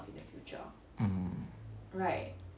mm